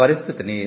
ఆ పరిస్థితిని